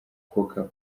coca